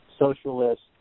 socialist